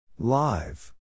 Live